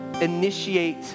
initiate